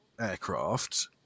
aircraft